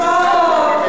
התחלתם עם 28 מנדטים.